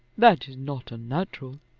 that is not unnatural.